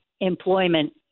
employment